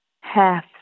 half